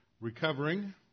recovering